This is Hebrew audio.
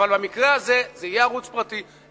אבל במקרה הזה זה יהיה ערוץ פרטי,